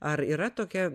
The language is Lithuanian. ar yra tokia